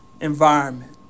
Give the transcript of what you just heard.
environment